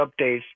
updates